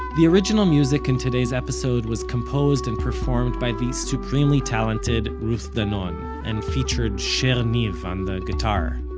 the original music in today's episode was composed and performed by the supremely talented ruth danon and featured sher niv on the guitar.